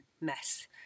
mess